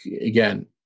again